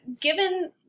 given